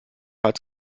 als